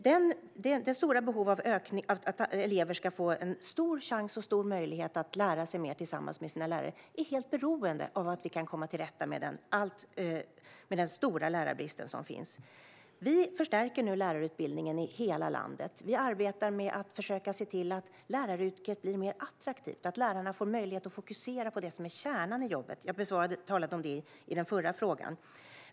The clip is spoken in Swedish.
Det finns stora behov, och chansen för elever att få möjlighet att lära sig mer tillsammans med sina lärare är helt beroende av att vi kan komma till rätta med den stora lärarbrist som finns. Vi förstärker nu lärarutbildningen i hela landet. Vi arbetar med att försöka se till att göra läraryrket mer attraktivt och att lärarna får möjlighet att fokusera på det som är kärnan i jobbet. Jag talade om det också i samband med den förra frågan.